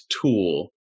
tool